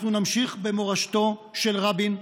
אנחנו נמשיך במורשתו של רבין,